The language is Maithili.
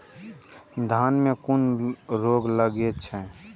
धान में कुन रोग लागे छै?